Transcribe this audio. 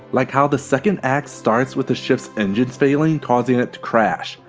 like how the second act starts with the ship's engines failing causing it to crash.